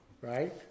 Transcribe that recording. Right